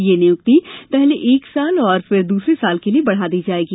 यह नियुक्ति पहले एक साल और फिर दूसरे साल के लिए बढ़ा दी जाएगी